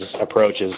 approaches